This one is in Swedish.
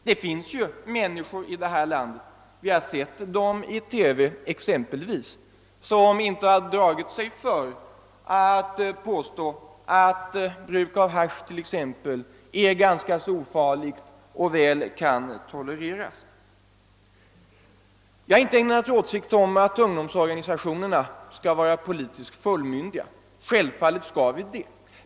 Det finns människor i det här landet — vi har sett dem bl.a. i TV — som inte har dragit sig för att påstå t.ex. att bruk av hasch är ganska ofarligt och väl kan tolereras. Jag har inte ändrat åsikt i fråga om att ungdomsorganisationerna skall vara politiskt fullmyndiga. Självfallet skall de vara det.